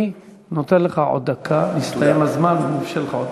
אני נותן לך עוד דקה לזמן שלך.